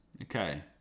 Okay